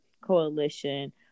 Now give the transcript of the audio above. Coalition